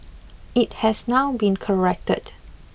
it has now been corrected